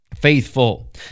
faithful